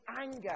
anger